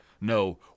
no